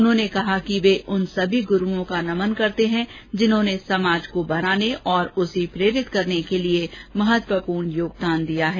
उन्होंने कहा कि वे उन सभी ग्रूओं को नमन करते हैं जिन्होंने समाज को बनाने और उसे प्रेरित करने के लिए महत्वपूर्ण योगदान दिया है